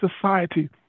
society